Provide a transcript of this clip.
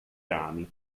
rami